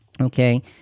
Okay